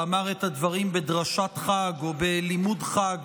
ואמר את הדברים בדרשת חג או בלימוד חג